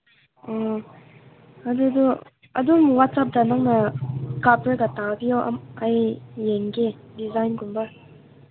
ꯑꯥ ꯑꯗꯨꯗꯨ ꯑꯗꯨꯝ ꯋꯥꯆꯞꯇ ꯅꯪꯅ ꯀꯥꯞꯂꯒ ꯇꯥꯕꯤꯌꯣ ꯑꯩ ꯌꯦꯡꯒꯦ ꯗꯤꯖꯥꯏꯟꯒꯨꯝꯕ